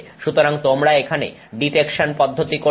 সুতরাং তোমরা এখানে ডিটেকসন পদ্ধতি করছো